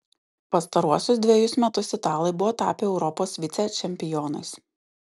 pastaruosius dvejus metus italai buvo tapę europos vicečempionais